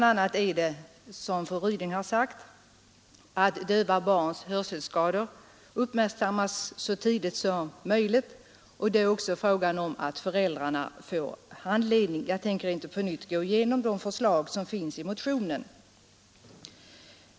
Det gäller bl.a., som fru Ryding har sagt, att döva barns hörselskador uppmärksammas så tidigt som möjligt, och det är även fråga om att föräldrarna får handledning för att förstå handikappet. Jag tänker inte på nytt gå igenom de förslag som finns i motionen.